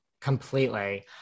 Completely